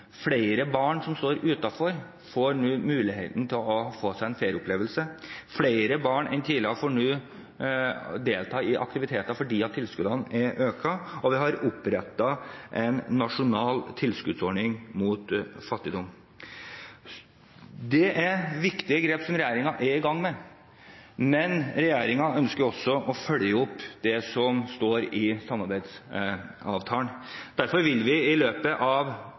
flere barn som står utenfor, nå får muligheten til å få en ferieopplevelse. Flere barn enn tidligere får delta i aktiviteter fordi tilskuddene er økt, og vi har opprettet en nasjonal tilskuddsordning mot barnefattigdom. Det er viktige grep som regjeringen har tatt, men regjeringen ønsker også å følge opp det som står i samarbeidsavtalen. Derfor vil vi i løpet av